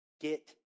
get